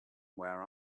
where